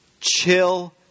chill